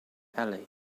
ely